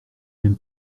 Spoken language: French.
même